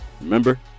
Remember